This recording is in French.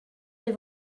des